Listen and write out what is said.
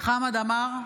חמד עמאר,